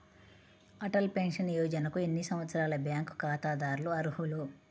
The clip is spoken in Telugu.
అటల్ పెన్షన్ యోజనకు ఎన్ని సంవత్సరాల బ్యాంక్ ఖాతాదారులు అర్హులు?